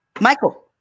Michael